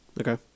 Okay